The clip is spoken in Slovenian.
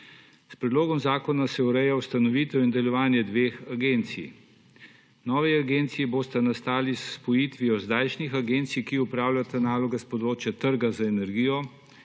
S predlogom zakona se ureja ustanovitev in delovanje dveh agencij. Novi agenciji bosta nastali s spojitvijo zdajšnjih agencij, ki opravljata naloge s področja trga za energijo,